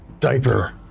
Diaper